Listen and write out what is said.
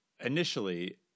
initially